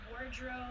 wardrobe